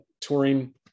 touring